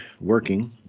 working